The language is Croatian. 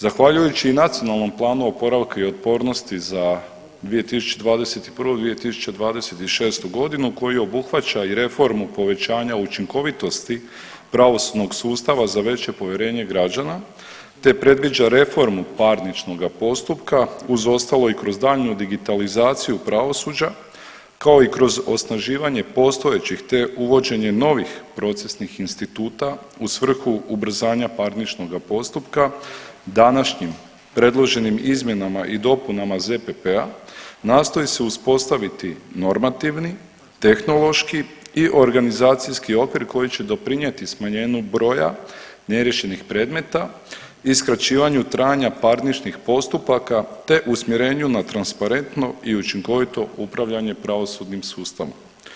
Zahvaljujući i Nacionalnom programu oporavaka i otpornosti za 2021. – 2026. godinu koji obuhvaća i reformu povećanja učinkovitosti pravosudnog sustava za veće povjerenje građana te predviđa reformu parničnoga postupka uz ostalo i kroz daljnju digitalizaciju pravosuđa kao i kroz osnaživanje postojećih te uvođenje novih procesnih instituta u svrhu ubrzanja parničnoga postupka današnjim predloženim izmjenama i dopunama ZPP-a nastoji se uspostaviti normativni, tehnološki i organizacijski okvir koji će doprinijeti smanjenju broja neriješenih predmeta i skraćivanju trajanja parničnih postupaka te usmjerenju na transparentno i učinkovito upravljanje pravosudnim sustavom.